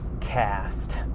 Cast